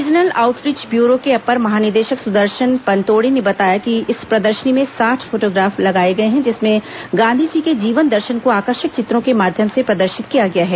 regional outreach bureau के अपर महानिदेशक सुदर्शन पनतोड़े ने बताया कि इस प्रदर्शनी में साठ फोटोग्राफ लगाए गए हैं जिसमें गांधी जी के जीवन दर्शन को आकर्षक चित्रों के माध्यम से प्रदर्शित किया गया है